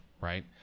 Right